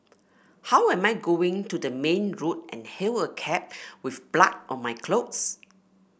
how am I going to go to the main road and hail a cab with blood on my clothes